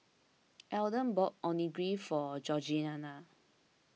Alden bought Onigiri for Georgianna